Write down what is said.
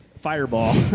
fireball